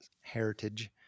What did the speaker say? heritage